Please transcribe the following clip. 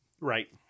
right